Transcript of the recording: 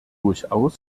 durchaus